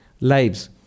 lives